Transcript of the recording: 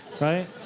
Right